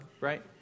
right